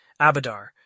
Abadar